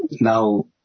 now